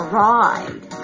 ride